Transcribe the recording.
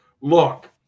Look